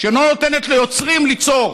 שלא נותנת ליוצרים ליצור,